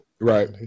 Right